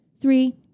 Three